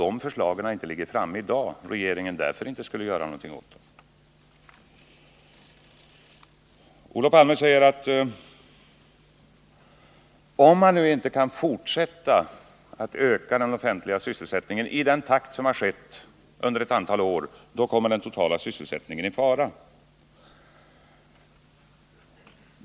Att förslagen inte ligger framme i dag betyder ju inte att regeringen inte vidtar åtgärder för att lösa problemen. Olof Palme säger att om man inte fortsätter att öka den offentliga sysselsättningen i samma takt som tidigare, då kommer den totala sysselsättningen i fara.